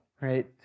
right